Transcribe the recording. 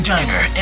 Diner